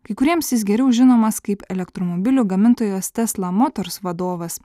kai kuriems jis geriau žinomas kaip elektromobilių gamintojos tesla motors vadovas